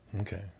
Okay